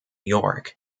york